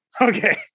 Okay